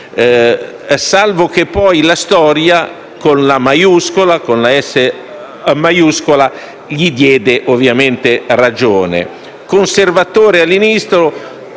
salvo che poi la storia, con la S maiuscola, gli diede ovviamente ragione. Conservatore all'inizio,